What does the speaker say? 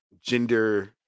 gender